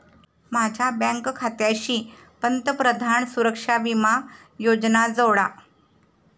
माझ्या बँक खात्याशी पंतप्रधान सुरक्षा विमा योजना जोडा